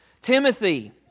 Timothy